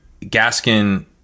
Gaskin